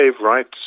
rights